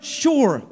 sure